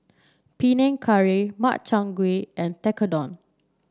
Panang Curry Makchang Gui and Tekkadon